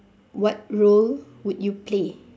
what role would you play